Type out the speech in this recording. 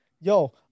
yo